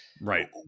right